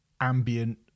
ambient